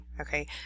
Okay